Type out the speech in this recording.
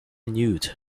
nude